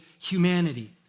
humanity